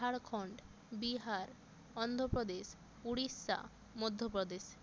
Jharkhand Bihar Andhra Pradesh Orissa Madhya Pradesh